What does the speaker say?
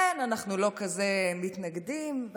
כן, אנחנו לא מתנגדים כל כך.